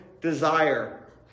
desire